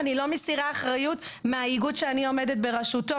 אני טוענת שיש לנו את הסמכות אבל מישהו מנסה לאתגר אותנו,